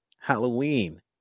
Halloween